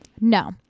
no